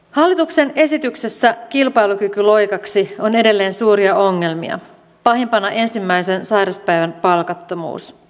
hallituksen esityksessä kilpailukykyloikaksi on edelleen suuria ongelmia pahimpana ensimmäisen sairaspäivän palkattomuus